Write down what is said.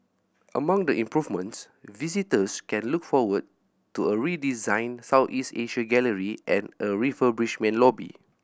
among the improvements visitors can look forward to a redesigned Southeast Asia gallery and a refurbished main lobby